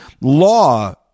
law